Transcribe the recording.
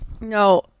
No